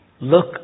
Look